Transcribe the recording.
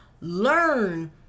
learn